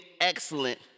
excellent